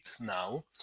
now